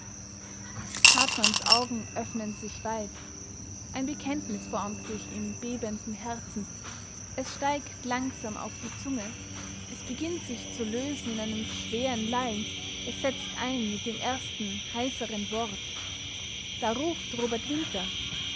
hartmanns augen öffnen sich weit ein bekenntnis formt sich im bebenden herzen es steigt langsam auf die zunge es beginnt sich zu lösen in einem schweren lallen es setzt ein mit dem ersten heiseren wort da ruft robert winter